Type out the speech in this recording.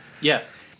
Yes